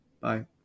bye